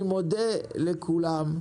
אני מודה לכולם,